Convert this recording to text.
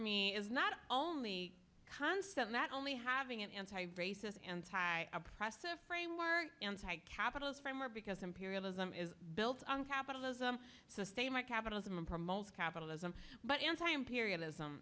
me is not only constant not only having an anti racist anti oppressive framework anti capitalist farmer because imperialism is built on capitalism sustain my capitalism and promotes capitalism but anti imperialism